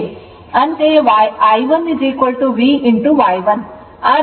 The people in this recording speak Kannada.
ಅಂತೆಯೇ I1 V Y1